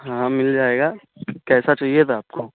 ہاں مل جائے گا کیسا چاہیے تھا آپ کو